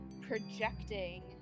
projecting